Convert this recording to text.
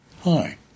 Hi